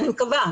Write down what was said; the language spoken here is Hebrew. אני מקווה.